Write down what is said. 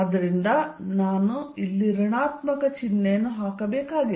ಆದ್ದರಿಂದ ನಾನು ಇಲ್ಲಿ ಋಣಾತ್ಮಕ ಚಿಹ್ನೆಯನ್ನು ಹಾಕಬೇಕಾಗಿದೆ